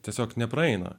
tiesiog nepraeina